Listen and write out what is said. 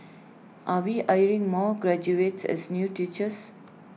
are we hiring more graduates as new teachers